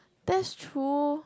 that's true